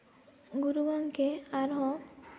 ᱜᱩᱨᱩ ᱜᱚᱢᱠᱮ ᱟᱨᱦᱚᱸ